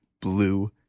blue